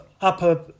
upper